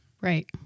Right